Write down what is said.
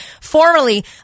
formerly